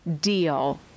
deal